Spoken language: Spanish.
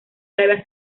arabia